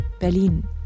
Berlin